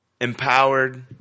empowered